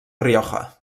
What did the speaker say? rioja